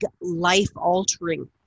life-altering